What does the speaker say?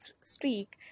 streak